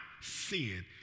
sin